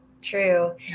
True